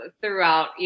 throughout